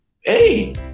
hey